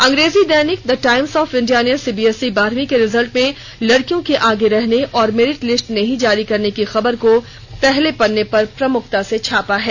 अंग्रेजी दैनिक the Times of India ने सीबीएसई बारहवीं के रिजल्ट में लड़कियों के आगे रहने और मेरिट लिस्ट नहीं जारी करने की खबर को पहले पन्ने पर प्रमुखता से छापा है